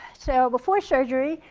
so before surgery,